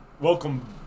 Welcome